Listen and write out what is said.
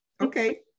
Okay